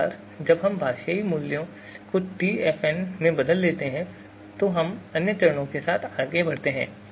एक बार जब हम भाषाई मूल्यों को टीएफएन में बदल लेते हैं तो हम अन्य चरणों के साथ आगे बढ़ सकते हैं